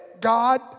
God